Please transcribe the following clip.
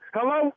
Hello